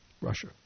Russia